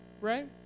right